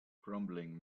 grumbling